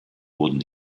wurden